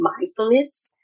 mindfulness